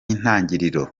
intangiriro